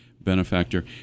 benefactor